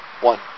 One